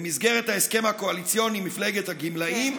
במסגרת ההסכם הקואליציוני עם מפלגת הגמלאים,